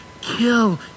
kill